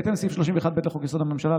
בהתאם לסעיף 31(ב) לחוק-יסוד: הממשלה,